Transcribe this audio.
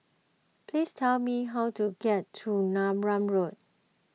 please tell me how to get to Neram Road